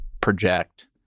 project